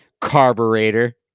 carburetor